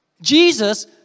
Jesus